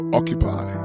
occupy